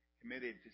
committed